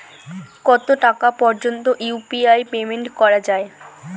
কত টাকা পর্যন্ত ইউ.পি.আই পেমেন্ট করা যায়?